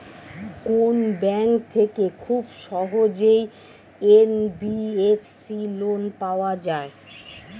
কোন ব্যাংক থেকে খুব সহজেই এন.বি.এফ.সি লোন পাওয়া যায়?